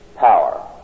power